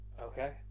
Okay